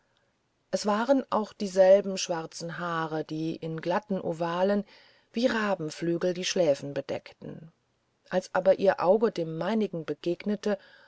es waren auch dieselben schwarzen haare die in glatten ovalen wie rabenflügel die schläfen bedeckten als aber ihr auge dem meinigen begegnete